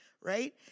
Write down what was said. right